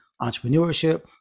entrepreneurship